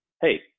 hey